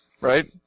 right